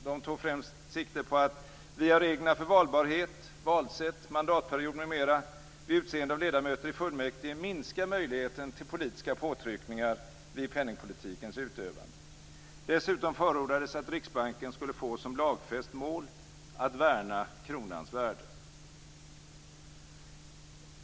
De tog främst sikte på att via reglerna för valbarhet, valsätt, mandatperiod m.m. vid utseende av ledamöter i fullmäktige minska möjligheterna till politiska påtryckningar vid penningpolitikens utövande. Dessutom förordades att Riksbanken skulle få som lagfäst mål att värna kronans värde.